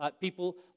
People